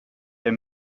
der